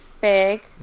big